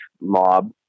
mob